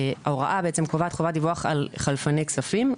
ההוראה קובעת חובת דיווח על חלפני כספים,